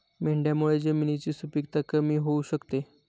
मेंढ्यांमुळे जमिनीची सुपीकता कमी होऊ शकते